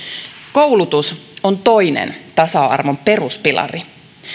koulutus on toinen tasa arvon peruspilari